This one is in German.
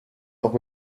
auch